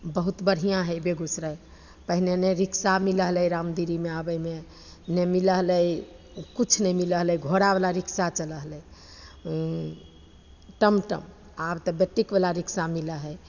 बहुत बढ़िआँ हइ बेगूसराय पहिले नहि रिक्शा मिलै रहै रामदीरीमे आबैमे नहि मिलै हलै किछु नहि मिलै हलै घोड़ावला रिक्शा चलै हलै टमटम आब तऽ बैटरीवला रिक्शा मिलै हइ